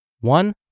One